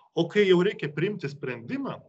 o kai jau reikia priimti sprendimą